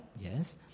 Yes